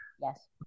Yes